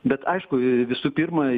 bet aišku visų pirma